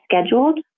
scheduled